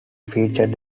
featured